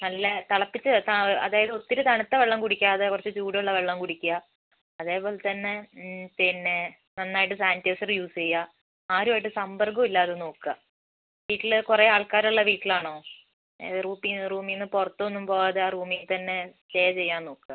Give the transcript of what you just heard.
നല്ല തിളപ്പിച്ച് അതായത് ഒത്തിരി തണുത്ത വെള്ളം കുടിക്കാതെ കുറച്ച് ചൂടുള്ള വെള്ളം കുടിക്കുക അതേപോലെതന്നെ പിന്നെ നന്നായിട്ട് സാനിറ്റൈസറ് യൂസ് ചെയ്യുക ആരും ആയിട്ടും സമ്പർക്കം ഇല്ലാതെ നോക്കുക വീട്ടിൽ കുറേ ആൾക്കാരുള്ള വീട്ടിലാണോ റൂട്ടീൽ നിന്ന് റൂമിൽ നിന്ന് പുറത്തൊന്നും പോകാതെ ആ റൂമിൽത്തന്നെ സ്റ്റേ ചെയ്യാൻ നോക്കുക